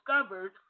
discovered